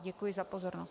Děkuji za pozornost.